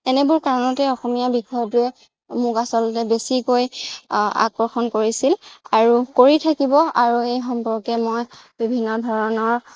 এনেবোৰ কাৰণতে অসমীয়া বিষয়টোৱে মোক আচলতে বেছিকৈ আকৰ্ষণ কৰিছিল আৰু কৰি থাকিব আৰু এই সম্পৰ্কে মই বিভিন্ন ধৰণৰ